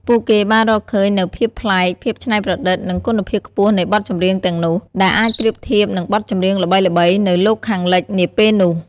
ពួកគេបានរកឃើញនូវភាពប្លែក ភាពច្នៃប្រឌិត និងគុណភាពខ្ពស់នៃបទចម្រៀងទាំងនោះ ដែលអាចប្រៀបធៀបនឹងបទចម្រៀងល្បីៗនៅលោកខាងលិចនាពេលនោះ។